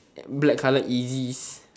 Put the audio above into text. black colour yeezys